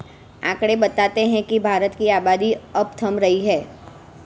आकंड़े बताते हैं की भारत की आबादी अब थम रही है